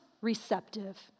receptive